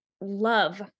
love